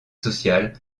sociale